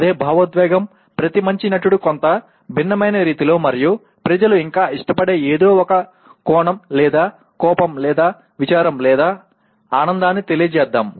అదే భావోద్వేగం ప్రతి మంచి నటుడు కొంత భిన్నమైన రీతిలో మరియు ప్రజలు ఇంకా ఇష్టపడే ఏదో ఒక కోపం లేదా విచారం లేదా ఆనందాన్ని తెలియజేద్దాం